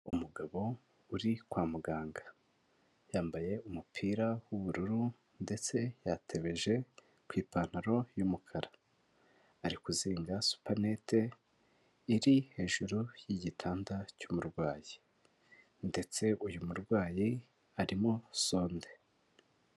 Umugabo uri kwa muganga yambaye umupira w'ubururu ndetse yatebeje ku ipantaro y'umukara, ari kuzinga supanete iri hejuru y'igitanda cy'umurwayi ndetse uyu murwayi arimo Sonde.